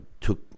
took